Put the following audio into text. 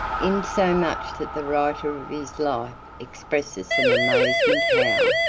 insomuch that the writer of his life expresses some amazement how,